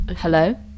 Hello